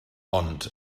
ond